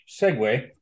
segue